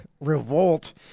Revolt